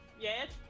yes